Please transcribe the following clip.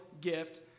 gift